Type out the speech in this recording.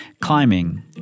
climbing